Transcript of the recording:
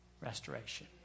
restoration